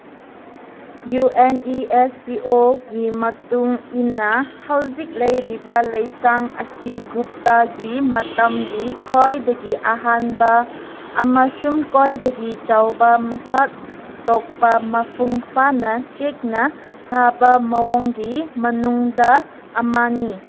U N E S C ꯑꯣꯒꯤ ꯃꯇꯨꯡꯏꯟꯅ ꯍꯧꯖꯤꯛ ꯂꯩꯔꯤꯕ ꯂꯥꯏꯁꯥꯡ ꯑꯁꯤ ꯒꯨꯞꯇꯒꯤ ꯃꯇꯝꯒꯤ ꯈ꯭ꯋꯥꯏꯗꯒꯤ ꯑꯍꯥꯟꯕ ꯑꯃꯁꯨꯡ ꯈ꯭ꯋꯥꯏꯗꯒꯤ ꯆꯥꯎꯕ ꯃꯁꯛ ꯇꯣꯛꯄ ꯃꯐꯨꯡ ꯐꯥꯅ ꯆꯦꯛꯅ ꯁꯥꯕ ꯃꯑꯣꯡꯒꯤ ꯃꯅꯨꯡꯗ ꯑꯃꯅꯤ